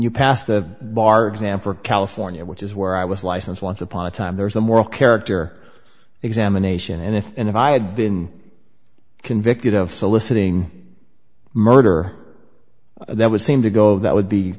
you passed the bar exam for california which is where i was license once upon a time there was a moral character examination and if and if i had been convicted of soliciting murder there would seem to go that would be